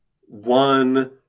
one